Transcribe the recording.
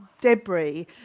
debris